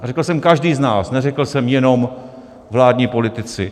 A řekl jsem každý z nás, neřekl jsem jenom vládní politici.